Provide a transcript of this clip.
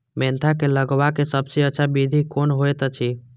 Mentha के लगवाक सबसँ अच्छा विधि कोन होयत अछि?